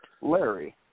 Larry